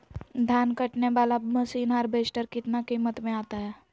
धान कटने बाला मसीन हार्बेस्टार कितना किमत में आता है?